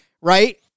right